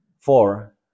four